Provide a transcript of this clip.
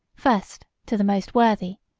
first to the most worthy,